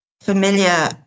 familiar